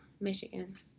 michigan